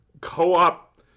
co-op